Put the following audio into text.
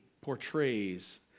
portrays